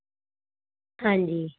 ਹਾਂਜੀ